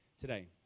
today